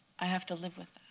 i have to live with